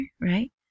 right